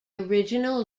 original